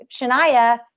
Shania